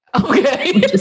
Okay